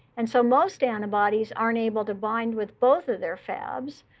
and so most antibodies aren't able to bind with both of their fabs.